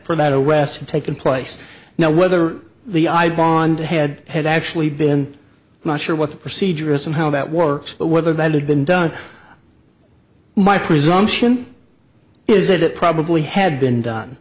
for that a western taken place now whether the i bond head had actually been not sure what the procedure is and how that works but whether that had been done my presumption is that it probably had been done